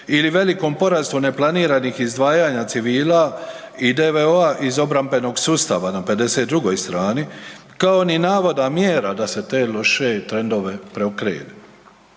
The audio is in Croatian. ili velikom porastu neplaniranih izdvajanja civila i DVO-a iz obrambenog sustava na 52. strani, ako ni navoda mjera da se te loše trendove preokrene.